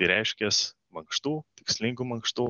tai reiškias mankštų tikslingų mankštų